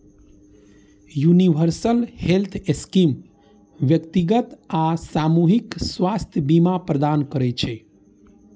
universal health scheme व्यक्तिगत आ सामूहिक स्वास्थ्य बीमा प्रदान करै छै